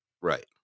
Right